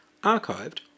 archived